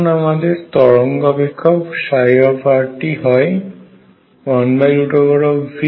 এখন আমাদের তরঙ্গ অপেক্ষকr টি হয় 1Veik r